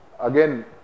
Again